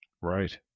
right